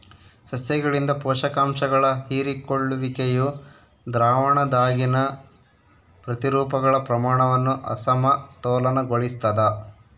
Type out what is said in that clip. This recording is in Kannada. ಸಸ್ಯಗಳಿಂದ ಪೋಷಕಾಂಶಗಳ ಹೀರಿಕೊಳ್ಳುವಿಕೆಯು ದ್ರಾವಣದಾಗಿನ ಪ್ರತಿರೂಪಗಳ ಪ್ರಮಾಣವನ್ನು ಅಸಮತೋಲನಗೊಳಿಸ್ತದ